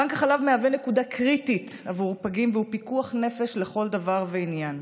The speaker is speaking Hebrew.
בנק החלב הוא נקודה קריטית בעבור פגים והוא פיקוח נפש לכל דבר ועניין.